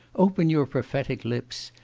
open your prophetic lips.